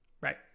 Right